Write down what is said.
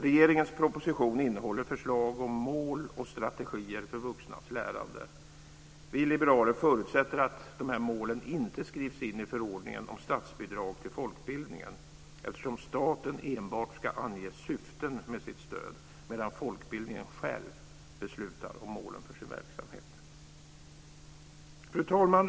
Regeringens proposition innehåller förslag om mål och strategier för vuxnas lärande. Vi liberaler förutsätter att dessa mål inte skrivs in i förordningen om statsbidrag till folkbildningen, eftersom staten enbart ska ange syften med sitt stöd, medan folkbildningen själv beslutar om målen för sin verksamhet. Fru talman!